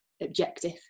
objective